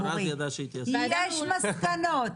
יש מסקנות.